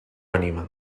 ànima